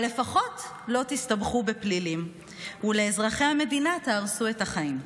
אבל לפחות לא תסתבכו בפלילים ולאזרחי המדינה תהרסו את החיים.